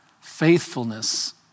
faithfulness